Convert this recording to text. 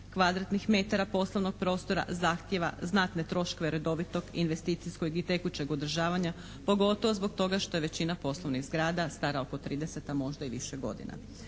kvadratnih metara poslovnog prostora zahtijeva znatne troškove redovitog investicijskog i tekućeg održavanja, pogotovo zbog toga što je većina poslovnih zgrada stara oko 30, a možda i više godina.